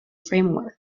framework